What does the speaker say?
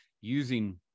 using